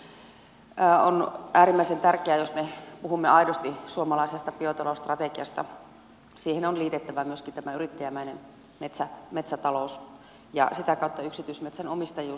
on äärimmäisen tärkeää että jos me puhumme aidosti suomalaisesta biotalousstrategiasta siihen on liitettävä myöskin tämä yrittäjämäinen metsätalous ja sitä kautta yksityismetsän omistajuus